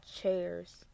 chairs